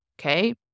okay